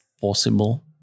possible